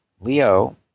Leo